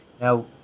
Now